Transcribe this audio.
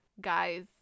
guys